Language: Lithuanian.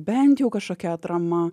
bent jau kažkokia atrama